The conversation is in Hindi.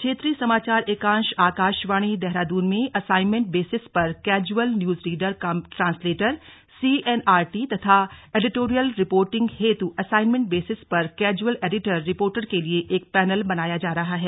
क्षेत्रीय समाचार एकांश आकाशवाणी देहरादून में असाइन्मेंट बेसिस पर casual news reader cum translator C NRT तथा एडिटोरियल रिपोर्टिंग हेतु असाइन्मेंट बेसिस पर कैजुअल एडिटर रिपोर्टर के लिए एक पैनल बनाया जा रहा है